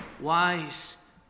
wise